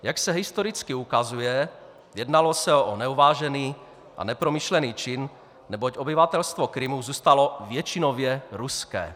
Jak se historicky ukazuje, jednalo se o neuvážený a nepromyšlený čin, neboť obyvatelstvo Krymu zůstalo většinově ruské.